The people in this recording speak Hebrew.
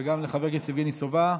וגם לחבר הכנסת יבגני סובה.